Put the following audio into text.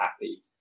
happy